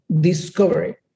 discovery